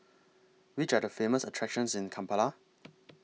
Which Are The Famous attractions in Kampala